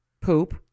Poop